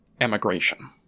emigration